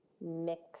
mix